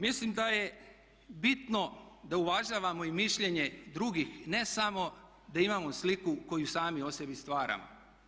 Mislim da je bitno da uvažavamo i mišljenje drugih ne samo da imamo sliku koju sami o sebi stvaramo.